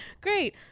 great